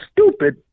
stupid